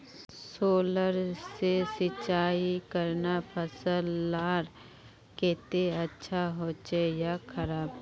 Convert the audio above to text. Solar से सिंचाई करना फसल लार केते अच्छा होचे या खराब?